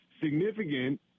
significant